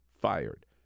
fired